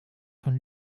von